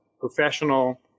professional